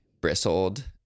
bristled